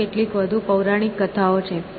ત્યાં કેટલીક વધુ પૌરાણિક કથાઓ છે